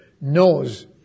knows